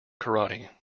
karate